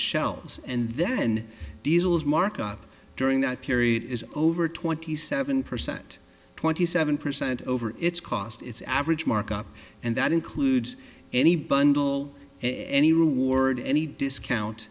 shelves and then deal as mark up during that period is over twenty seven percent twenty seven percent over its cost its average markup and that includes any bundle any reward any discount